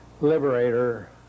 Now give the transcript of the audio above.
liberator